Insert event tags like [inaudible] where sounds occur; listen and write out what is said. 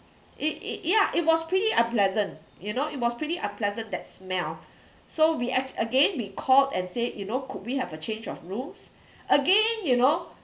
it it yeah it was pretty unpleasant you know it was pretty unpleasant that smell [breath] so we act~ again we called and said you know could we have a change of rooms again you know